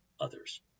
others